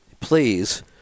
Please